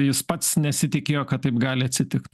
jis pats nesitikėjo kad taip gali atsitikt